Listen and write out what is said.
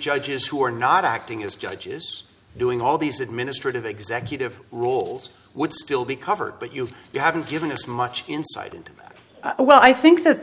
judges who are not acting as judges doing all these administrative executive roles would still be covered but you haven't given us much insight into well i think that